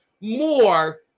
more